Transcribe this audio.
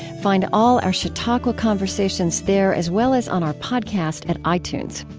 find all our chautauqua conversations there as well as on our podcast at itunes.